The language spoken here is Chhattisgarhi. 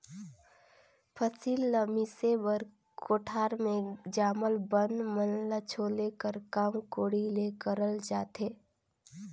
फसिल ल मिसे बर कोठार मे जामल बन मन ल छोले कर काम कोड़ी ले करल जाथे